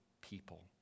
people